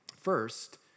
First